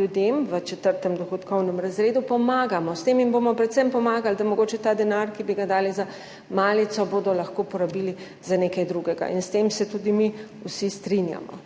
ljudem v četrtem dohodkovnem razredu pomagamo. S tem jim bomo predvsem pomagali, da bodo mogoče ta denar, ki bi ga dali za malico, lahko porabili za nekaj drugega. In s tem se tudi mi vsi strinjamo.